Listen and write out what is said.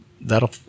that'll